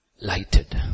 lighted